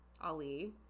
Ali